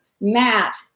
Matt